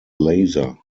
laser